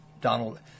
Donald